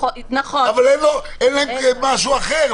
נכון --- אבל אין להם משהו אחר.